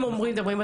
הם מדברים.